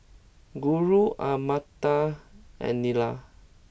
Guru Amartya and Neila